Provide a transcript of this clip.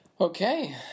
Okay